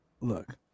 Look